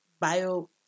Bio